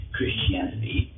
Christianity